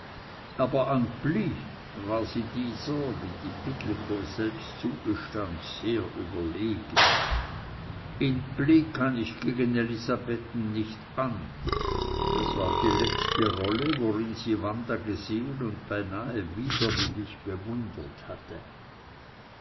aber an pli war sie dieser wie die pittelkow selbst zugestand sehr überlegen in pli kann ich gegen elisabetten nich an das war die letzte rolle worin sie wanda gesehen und beinahe widerwillig bewundert hatte